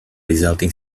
resulting